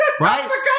Right